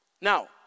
Now